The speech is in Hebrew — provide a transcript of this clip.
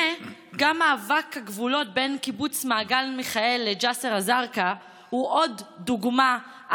מאבק הגבולות בין קיבוץ מעגן מיכאל לג'יסר א-זרקא הוא עוד דוגמה,